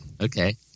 Okay